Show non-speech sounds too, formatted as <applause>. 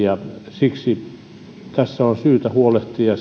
siksi tästä on syytä huolehtia <unintelligible>